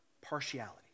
Partiality